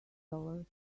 dollars